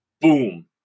boom